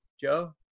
Joe